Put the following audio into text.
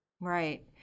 Right